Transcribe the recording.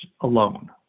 alone